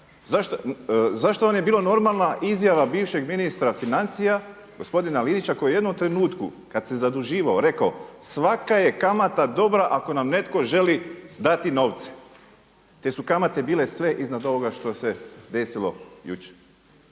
Zašto vam je bila normalna izjava bivšeg ministra financija, gospodina Linića koji je u jednom trenutku kada se zaduživao rekao, svaka je kamata dobra ako nam netko želi dati novce. Te su kamate bile sve iznad ovoga što se desilo jučer.